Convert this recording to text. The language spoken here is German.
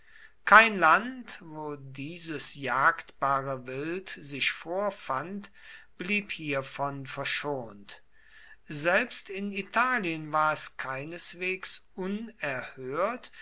kein land wo dieses jagdbare wild sich vorfand blieb hiervon verschont selbst in italien war es keineswegs unerhört